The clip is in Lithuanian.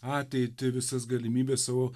ateitį visas galimybes savo